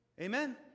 Amen